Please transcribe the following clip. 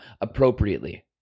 appropriately